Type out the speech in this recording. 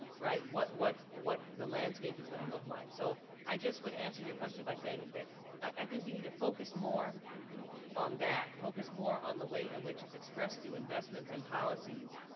right, what what the landscape is going to look like. so i just would answer your question by saying that i think we need to focus more on that, focus more on the way in which it's expressed through investments and policies.